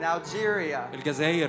Algeria